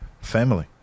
family